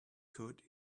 could